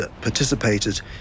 participated